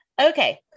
Okay